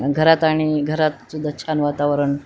घरात आणि घरात सुद्धा छान वातावरण